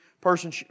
person